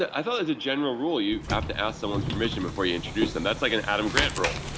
i thought as a general rule you have to ask someone's permission before you introduce them. that's like an adam grant role.